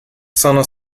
sono